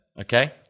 Okay